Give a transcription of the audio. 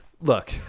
Look